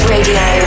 Radio